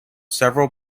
several